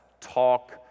talk